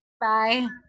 Bye